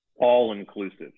all-inclusive